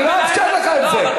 זה דבר מקובל, אני לא אאפשר לך את זה.